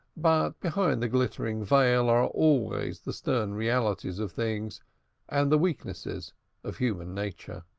but behind the glittering veil are always the stern realities of things and the weaknesses of human nature.